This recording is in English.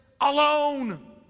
alone